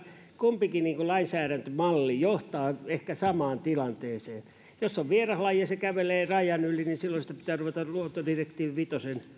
kumpikin lainsäädäntömalli johtaa ehkä samaan tilanteeseen jos on vieraslaji ja se kävelee rajan yli silloin sitä pitää ruveta luontodirektiivin